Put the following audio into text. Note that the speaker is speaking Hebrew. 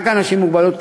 רק אנשים עם מוגבלויות.